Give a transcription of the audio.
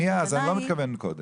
אני לא מתכוון קודם.